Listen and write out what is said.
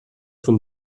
von